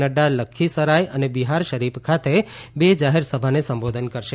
નઙા લખીસરાય અને બિહાર શરીફ ખાતે બે જાહેર સભાને સંબોધન કરશે